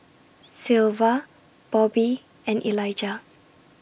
Sylva Bobbi and Elijah